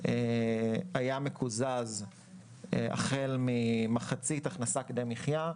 היה מקוזז החל ממחצית הכנסה כדי מחיה.